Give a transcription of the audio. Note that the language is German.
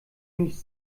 nicht